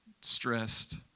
stressed